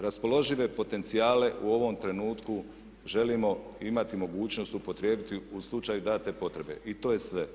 Raspoložive potencijale u ovom trenutku želimo imati mogućnost upotrijebiti u slučaju date potrebe i to je sve.